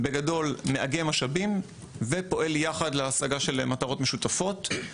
בגדול מאגם משאבים ופועל יחד להשגה של מטרות משותפות.